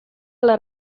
alla